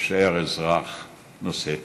אשאר אזרח נושא תקווה,